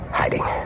hiding